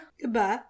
goodbye